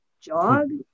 jog